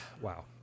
wow